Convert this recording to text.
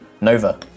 Nova